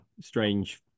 strange